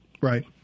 Right